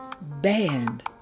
Band